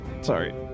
Sorry